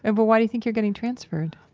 and but why do you think you're getting transferred?